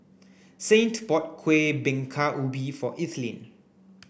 Saint bought Kueh Bingka Ubi for Ethelene